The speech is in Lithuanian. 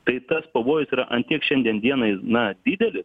tai tas pavojus ant tiek šiandien dienai na didelis